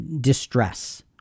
distress